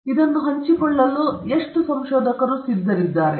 ಮತ್ತು ಇದನ್ನು ಹಂಚಿಕೊಳ್ಳಲು ಎಷ್ಟು ಸಂಶೋಧಕರು ಸಿದ್ಧರಿದ್ದಾರೆ